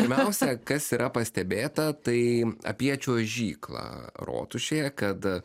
pirmiausia kas yra pastebėta tai apie čiuožyklą rotušėje kad